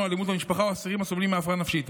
אלימות במשפחה או אסירים הסובלים מהפרעה נפשית.